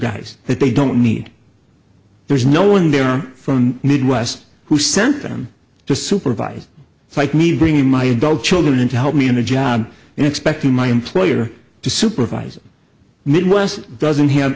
guys that they don't need there's no one there from midwest who sent them to supervise like me to bring in my adult children to help me in a job and expecting my employer to supervise midwest doesn't have